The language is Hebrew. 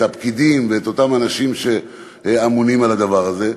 את הפקידים ואת אותם אנשים שממונים על הדבר הזה.